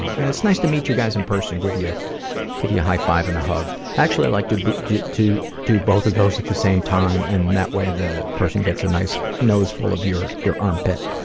and it's nice to meet you guys in person, give you give you a high five and a hug. actually like to do to do both of those at the same time and that way the person gets a nice nose full of your your armpit.